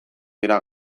dira